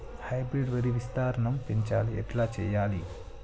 Hybrid వరి విస్తీర్ణం పెంచాలి ఎట్ల చెయ్యాలి?